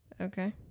Okay